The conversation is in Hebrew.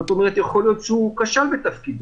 זאת אומרת, יכול להיות שהוא כשל בתפקידו.